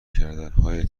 کردنهای